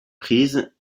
prises